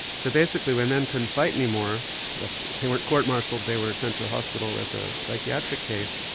so basically when men couldn't fight any more they weren't court martialled, they were sent to the hospital as a psychiatric case.